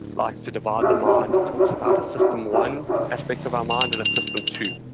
likes to divide the mind. he talks about a system one aspect of our mind and a system two.